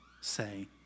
say